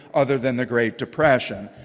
other than the great depression.